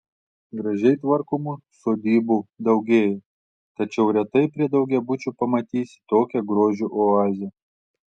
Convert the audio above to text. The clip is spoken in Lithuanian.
gražiai tvarkomų sodybų daugėja tačiau retai prie daugiabučių pamatysi tokią grožio oazę